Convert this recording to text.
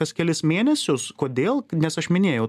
kas kelis mėnesius kodėl nes aš minėjau